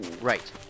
Right